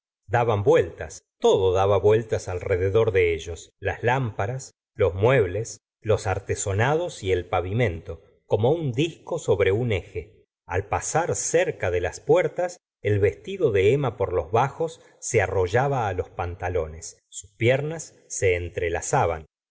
daban vueltas todo daba vueltas alrededor de ellos las lámparas los muebles los artesonados y el pavimento como un disco sobre un eje al pasar cerca de las puertas el vestido de emma por los bajos se arrollaba á los pantalones sus piernas se entrelazaban